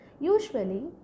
Usually